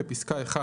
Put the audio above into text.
בפסקה (1),